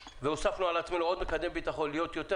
הוספנו על עצמנו עוד מקדם ביטחון והוא להיות יותר